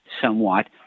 somewhat